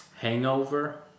hangover